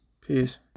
Peace